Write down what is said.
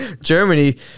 Germany